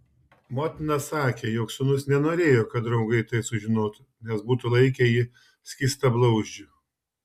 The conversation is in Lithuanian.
motina sakė jog sūnus nenorėjo kad draugai tai sužinotų nes būtų laikę jį skystablauzdžiu